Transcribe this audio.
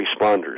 responders